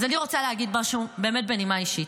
אז אני רוצה להגיד משהו באמת בנימה אישית.